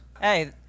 Hey